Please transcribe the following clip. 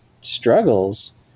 struggles